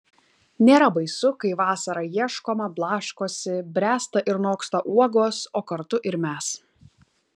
nėra baisu kai vasarą ieškoma blaškosi bręsta ir noksta uogos o kartu ir mes